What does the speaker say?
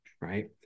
Right